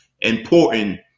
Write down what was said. important